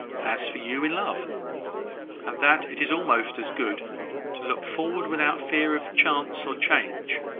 as for you in love and that it is almost as good to look forward without fear of chance or change,